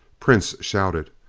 prince shouted,